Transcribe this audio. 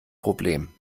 problem